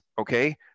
okay –